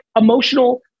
emotional